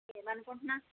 ఏమని అకుంటున్నావు